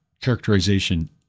characterization